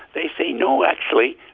they say no. actually,